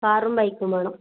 കാറും ബൈക്കും വേണം